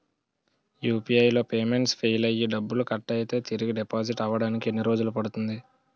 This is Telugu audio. యు.పి.ఐ లో పేమెంట్ ఫెయిల్ అయ్యి డబ్బులు కట్ అయితే తిరిగి డిపాజిట్ అవ్వడానికి ఎన్ని రోజులు పడుతుంది?